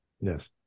Yes